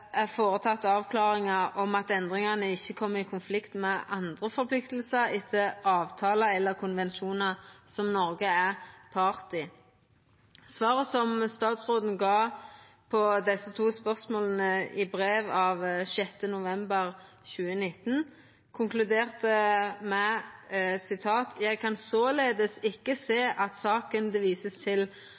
er føreteke avklaringar om at endringane ikkje kjem i konflikt med andre forpliktingar etter avtalar eller konvensjonar som Noreg er part i? Svaret statsråden gav på desse to spørsmåla i brev av 6. november 2019, konkluderte med: «Jeg kan således ikke se at saken det vises til